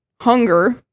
hunger